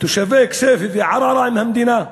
תושבי כסייפה וערערה עם המדינה,